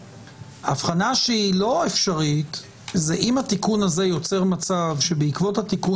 הבחנה שהיא לא אפשרית זה אם התיקון הזה יוצר מצב שבעקבות התיקון